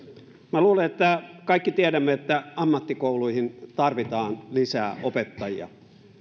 minä luulen että kaikki tiedämme että ammattikouluihin tarvitaan lisää opettajia